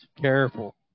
Careful